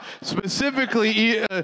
specifically